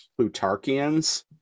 plutarchians